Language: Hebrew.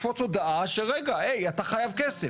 תקפוץ הודעה שאתה חייב כסף.